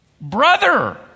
brother